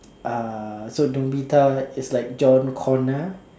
uh so Nobita is like John-Connor